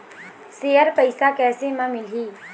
Share पैसा कैसे म मिलही?